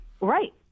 Right